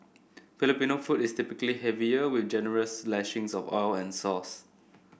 Filipino food is typically heavier with generous lashings of oil and sauce